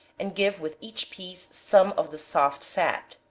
and give with each piece some of the soft fat.